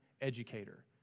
educator